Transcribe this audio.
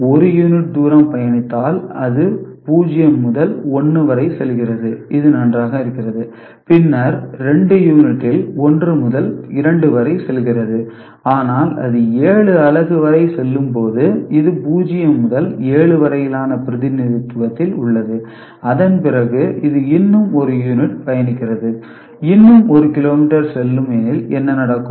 1 unit தூரம் பயணித்தால் அது 0 முதல் 1 வரை செல்கிறது இது நன்றாக இருக்கிறது பின்னர் 2 யூனிட் டில் 1 முதல் 2 வரை செல்கிறது ஆனால் அது 7 அலகு வரை செல்லும் போது இது 0 முதல் 7 வரையிலான பிரதிநிதித்துவத்தில் உள்ளது அதன் பிறகு இது இன்னும் ஒரு யூனிட் பயணிக்கிறது இன்னும் 1 கிலோமீட்டர் செல்லும் எனில் என்ன நடக்கும்